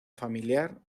familiar